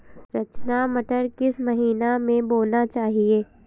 रचना मटर किस महीना में बोना चाहिए?